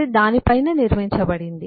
అది దాని పైన నిర్మించబడింది